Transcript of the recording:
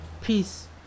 peace